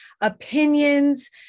opinions